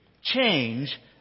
change